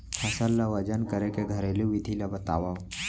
फसल ला वजन करे के घरेलू विधि ला बतावव?